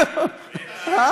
תישאר